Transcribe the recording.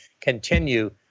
continue